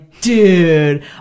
dude